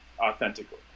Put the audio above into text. authentically